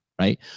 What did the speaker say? right